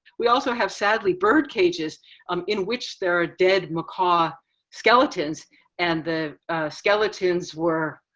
we also have sadly birdcages um in which there are dead macaw skeletons and the skeletons were